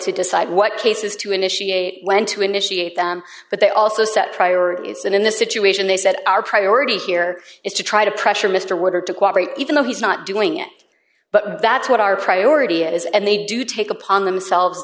to decide what cases to initiate when to initiate them but they also set priorities and in this situation they said our priority here is to try to pressure mr woodard to cooperate even though he's not doing it but that's what our priority is and they do take upon themselves